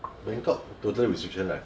bangkok total restriction right